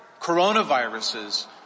coronaviruses